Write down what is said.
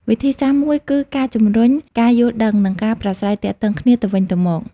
វិធីសាស្រ្តមួយគឺការជំរុញការយល់ដឹង និងការប្រាស្រ័យទាក់ទងគ្នាទៅវិញទៅមក។